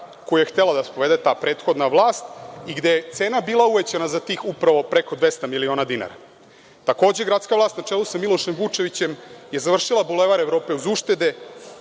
koju je htela da sprovede ta prethodna vlast, gde je cena bila uvećana za upravo tih preko 200 miliona dinara. Takođe, gradska vlast na čelu sa Milošem Vučevićem je završila Bulevar Evrope uz uštede